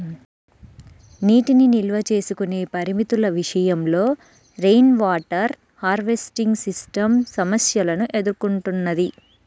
నీటిని నిల్వ చేసుకునే పరిమితుల విషయంలో రెయిన్వాటర్ హార్వెస్టింగ్ సిస్టమ్ సమస్యలను ఎదుర్కొంటున్నది